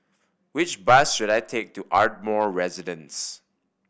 which bus should I take to Ardmore Residence